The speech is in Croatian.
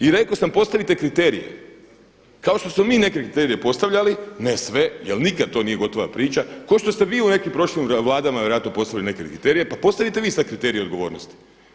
I rekao sam postavite kriterije kao što smo mi neke kriterije postavljali, ne sve jer nikad to nije gotova priča kao što ste vi u nekim prošlim vladama vjerojatno postavili neke kriterije, pa postavite vi sad kriterije odgovornosti.